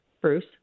Bruce